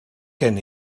gen